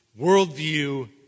worldview